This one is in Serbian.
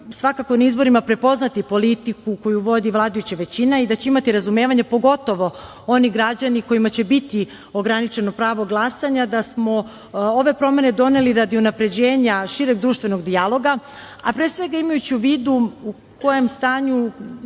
politiku na izborima, koju vodi vladajuća većina i da će imati razumevanja pogotovo oni građani koji će biti ograničeni pravom glasanja i mi smo ove promene doneli radi unapređenja šireg društvenog dijaloga, a pre svega imajući u vidu u kojem stanju